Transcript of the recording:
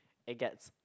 it gets